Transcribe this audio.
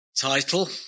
Title